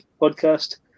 podcast